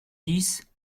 dix